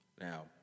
Now